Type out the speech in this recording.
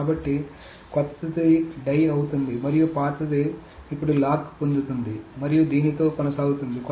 కాబట్టి కొత్తది డై అవుతుంది మరియు పాతది ఇప్పుడు లాక్ పొందుతుంది మరియు దీనితో కొనసాగుతుంది